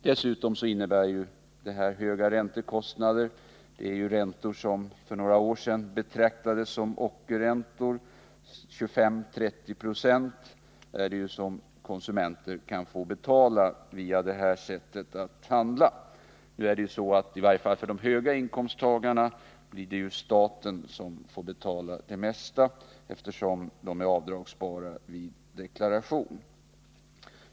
Dessutom innebär kontokortssystemet höga räntekostnader, med räntor som för några år sedan betraktades som ockerräntor — 25-30 96 kan ju konsumenter vara tvungna att betala vid det här sättet att göra inköp. I varje fall när det gäller höginkomsttagarna blir det staten som får betala det mesta därav, eftersom räntorna är avdragsgilla i deklarationen.